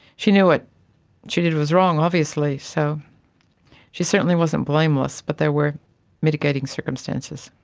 she knew what she did was wrong, obviously, so she certainly wasn't blameless, but there were mitigating circumstances.